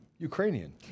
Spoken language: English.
Ukrainian